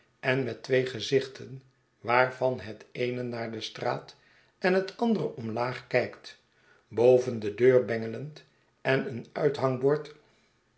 en met twee gezichten waarvan het eene naar de straat en het andere omlaag kijkt boven de deur bengelend en een uithangbord